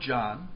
John